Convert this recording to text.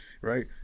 right